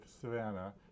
Savannah